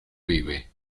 vive